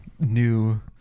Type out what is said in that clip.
new